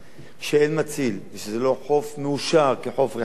כשאין מציל וכשזה לא חוף מאושר כחוף רחצה